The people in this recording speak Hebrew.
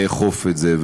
לאכוף את זה,